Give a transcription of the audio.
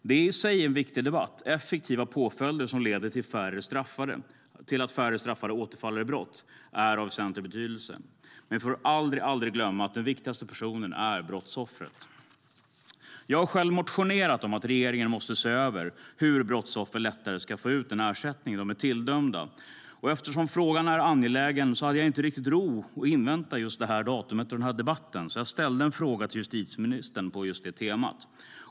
Det är i sig en viktig debatt - effektiva påföljder som leder till att färre straffade återfaller i brott är av väsentlig betydelse - men vi får aldrig glömma att den viktigaste personen är brottsoffret. Jag har själv motionerat om att regeringen ska se över hur brottsoffer lättare ska få ut den ersättning de är tilldömda, och eftersom frågan är angelägen hade jag inte ro att invänta just det här datumet och den här debatten, så jag ställde en fråga till justitieministern på just det temat.